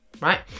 right